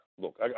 look